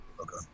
Okay